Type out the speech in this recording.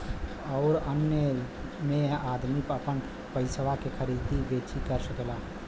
अउर अन्य मे अदमी आपन पइसवा के खरीदी बेची कर सकेला